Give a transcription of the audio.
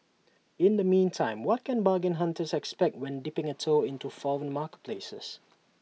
in the meantime what can bargain hunters expect when dipping A toe into foreign marketplaces